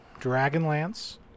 Dragonlance